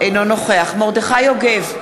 אינו נוכח מרדכי יוגב,